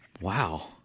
Wow